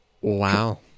Wow